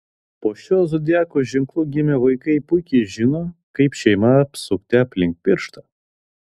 po šiuo zodiako ženklu gimę vaikai puikiai žino kaip šeimą apsukti aplink pirštą